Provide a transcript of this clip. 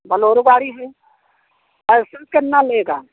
बलोरो गाड़ी है पैसा कितना लेगा